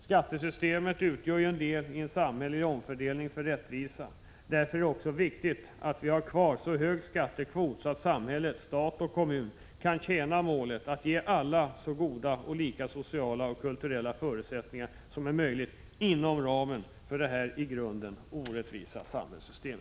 Skattesystemet utgör en del av en samhällelig omfördelning för rättvisa, och därför är det viktigt att behålla en så hög skattekvot att samhället, stat och kommuner, kan tjäna målet att ge alla så goda och lika sociala och kulturella förutsättningar som möjligt inom ramen för detta i grunden orättvisa samhällssystem.